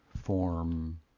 form